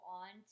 on